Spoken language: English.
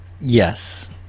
Yes